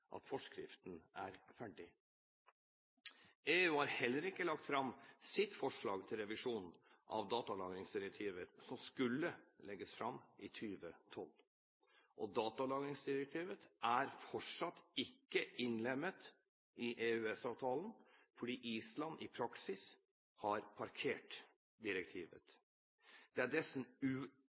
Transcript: at forskriften er ferdig. EU har heller ikke lagt fram sitt forslag til revisjon av datalagringsdirektivet, som skulle legges fram i 2012. Datalagringsdirektivet er fortsatt ikke innlemmet i EØS-avtalen fordi Island i praksis har parkert direktivet. Det er